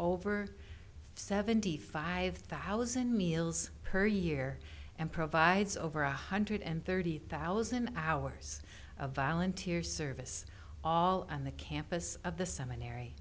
over seventy five thousand meals per year and provides over one hundred and thirty thousand hours of volunteer service all on the campus of the seminary